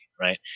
right